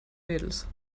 mädels